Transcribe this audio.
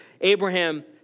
Abraham